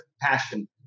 passion